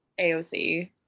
AOC